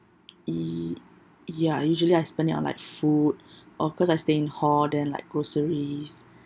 e~ ya usually I spend it on like food or cause I stay in hall then like groceries